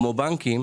כמו בנקים,